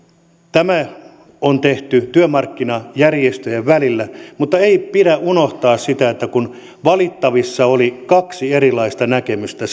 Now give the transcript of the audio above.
tämä on tehty työmarkkinajärjestöjen välillä mutta ei pidä unohtaa sitä että valittavissa oli kaksi erilaista näkemystä